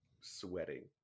sweating